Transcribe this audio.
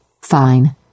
Fine